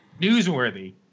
newsworthy